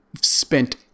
spent